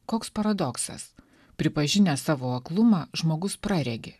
koks paradoksas pripažinęs savo aklumą žmogus praregi